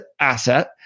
asset